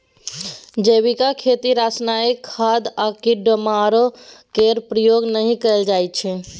जैबिक खेती रासायनिक खाद आ कीड़ामार केर प्रयोग नहि कएल जाइ छै